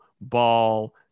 ball